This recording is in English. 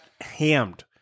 hammed